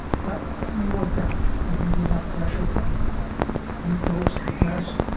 but it may work out, there may be enough pressure from you folks, the press,